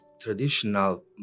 traditional